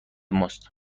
ماست